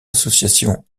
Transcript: associations